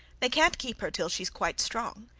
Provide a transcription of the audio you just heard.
they can't keep her till she's quite strong.